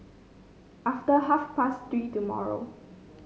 after half past Three tomorrow